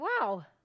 wow